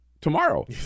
tomorrow